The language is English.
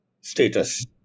status